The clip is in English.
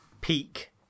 peak